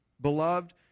beloved